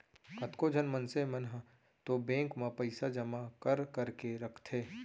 कतको झन मनसे मन ह तो बेंक म पइसा जमा कर करके रखथे